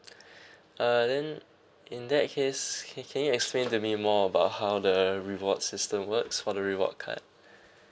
uh then in that case can can you explain to me more about how the reward system works for the reward card